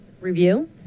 review